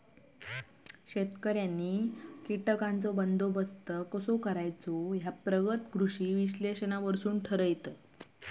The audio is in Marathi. शेतकऱ्यांनी कीटकांचो बंदोबस्त कसो करायचो ह्या प्रगत कृषी विश्लेषणावरसून ठरवतत